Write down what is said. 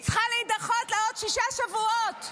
והיא צריכה להידחות לעוד שישה שבועות.